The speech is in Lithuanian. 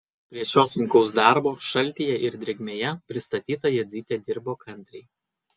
prie šio sunkaus darbo šaltyje ir drėgmėje pristatyta jadzytė dirbo kantriai